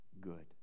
good